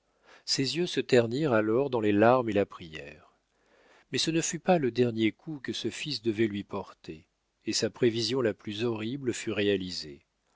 ses yeux se ternirent alors dans les larmes et la prière mais ce ne fut pas le dernier coup que ce fils devait lui porter et sa prévision la plus horrible fut réalisée